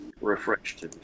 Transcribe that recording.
refreshed